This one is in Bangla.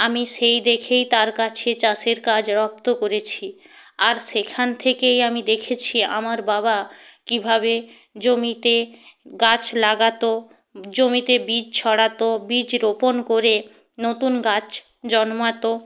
আমি সেই দেখেই তার কাছে চাষের কাজ রপ্ত করেছি আর সেখান থেকেই আমি দেখেছি আমার বাবা কীভাবে জমিতে গাছ লাগাতো জমিতে বীজ ছড়াতো বীজ রোপণ করে নতুন গাছ জন্মাতো